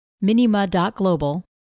Minima.Global